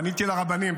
פניתי לרבנים.